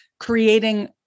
creating